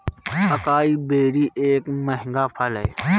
acai berry एक महंगा फल है